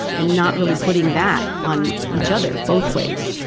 and not really putting that on each other both ways.